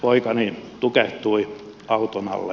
poikani tukehtui auton alle